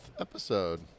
episode